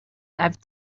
i’ve